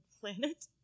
planet